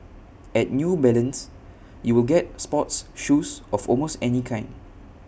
at new balance you will get sports shoes of almost any kind